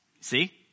See